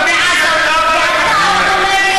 את נותנת לגיטימציה לטרוריסטים.